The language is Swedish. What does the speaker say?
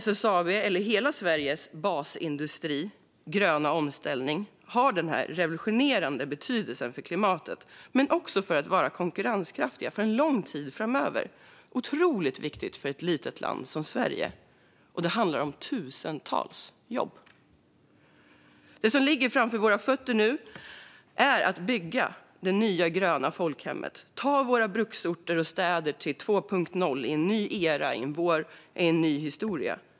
SSAB:s och hela Sveriges basindustris gröna omställning har en revolutionerade betydelse för klimatet men också för att vi ska kunna vara konkurrenskraftiga för lång tid framöver. Det är otroligt viktigt för ett litet land som Sverige, och det handlar om tusentals jobb. Det som ligger framför våra fötter nu är att bygga det nya gröna folkhemmet - att ta våra bruksorter och städer till 2.0, in i en ny era i vår historia.